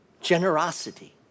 Generosity